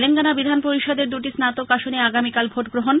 তেলেঙ্গানা বিধান পরিষদের দুটি স্নাতক আসনে আগামীকাল ভোট গ্রহণ